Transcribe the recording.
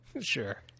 Sure